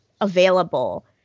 available